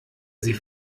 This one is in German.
sie